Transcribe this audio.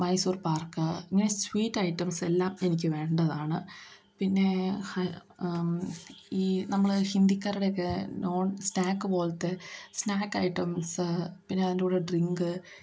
മൈസൂർ പാക്ക് ഇങ്ങനെ സ്വീറ്റ് ഐറ്റംസെല്ലാം എനിക്ക് വേണ്ടതാണ് പിന്നെ ഈ നമ്മൾ ഹിന്ദിക്കാരുടെയൊക്കെ നോൺ സ്നാക്ക് പോലത്തെ സ്നാക്കായിട്ട് മിക്സ് പിന്നെ അതിൻ്റെ കൂടെ ഡ്രിങ്ക്